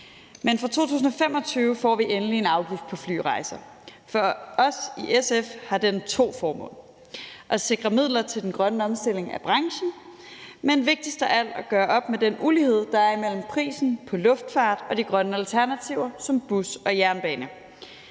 men fra 2025 får vi endelig en afgift på flyrejser. For os i SF har den to formål: at sikre midler til den grønne omstilling af branchen, men vigtigst af alt at gøre op med den ulighed, der er imellem prisen på luftfart og de grønne alternativer som bus og jernbane.